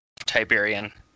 Tiberian